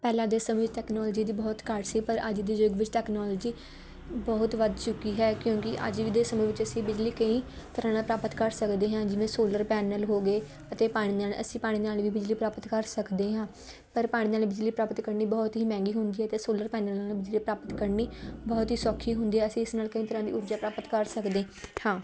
ਪਹਿਲਾਂ ਦੇ ਸਮੇਂ ਵਿੱਚ ਤੈਕਨੋਲਜੀ ਦੀ ਬਹੁਤ ਘਾਟ ਸੀ ਪਰ ਅੱਜ ਦੇ ਯੁੱਗ ਵਿੱਚ ਤੈਕਨੋਲਜੀ ਬਹੁਤ ਵੱਧ ਚੁੱਕੀ ਹੈ ਕਿਉਂਕਿ ਅੱਜ ਦੇ ਸਮੇਂ ਵਿੱਚ ਅਸੀਂ ਬਿਜਲੀ ਕਈ ਤਰ੍ਹਾਂ ਨਾਲ ਪ੍ਰਾਪਤ ਕਰ ਸਕਦੇ ਹਾਂ ਜਿਵੇਂ ਸੋਲਰ ਪੈਨਲ ਹੋ ਗਏ ਅਤੇ ਪਾਣੀ ਨਾਲ ਅਸੀਂ ਪਾਣੀ ਨਾਲ ਵੀ ਬਿਜਲੀ ਪ੍ਰਾਪਤ ਕਰ ਸਕਦੇ ਹਾਂ ਪਰ ਪਾਣੀ ਨਾਲ ਬਿਜਲੀ ਪ੍ਰਾਪਤ ਕਰਨੀ ਬਹੁਤ ਹੀ ਮਹਿੰਗੀ ਹੁੰਦੀ ਹੈ ਤੇ ਸੋਲਰ ਪੈਨਲ ਨਾਲ ਬਿਜਲੀ ਪ੍ਰਾਪਤ ਕਰਨੀ ਬਹੁਤ ਹੀ ਸੌਖੀ ਹੁੰਦੀ ਹੈ ਅਸੀਂ ਇਸ ਨਾਲ ਕਈ ਤਰ੍ਹਾਂ ਦੀ ਊਰਜਾ ਪ੍ਰਾਪਤ ਕਰ ਸਕਦੇ ਹਾਂ